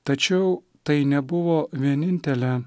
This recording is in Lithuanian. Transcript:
tačiau tai nebuvo vienintelė